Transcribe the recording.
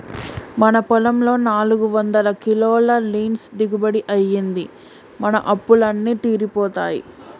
మన పొలంలో నాలుగొందల కిలోల లీన్స్ దిగుబడి అయ్యింది, మన అప్పులు అన్నీ తీరిపోతాయి